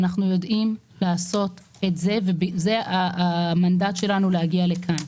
ואנחנו יודעים לעשות את זה וזה המנדט שלנו להגיע לכאן.